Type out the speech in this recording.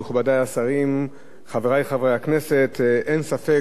אין ספק שהרפורמה בכבאות היא לא רפורמה רגילה